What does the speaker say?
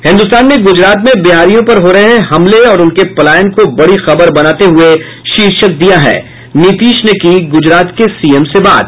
हिन्दुस्तान ने गूजरात में बिहारियों पर हो रहे हमले और उनके पलायन को बड़ी खबर बनाते हुये शीर्षक दिया है नीतीश ने की गुजरात के सीएम से बात